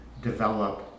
develop